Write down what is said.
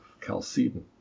Chalcedon